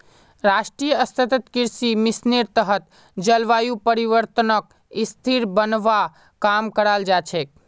राष्ट्रीय सतत कृषि मिशनेर तहत जलवायु परिवर्तनक स्थिर बनव्वा काम कराल जा छेक